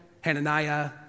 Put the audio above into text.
Hananiah